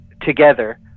together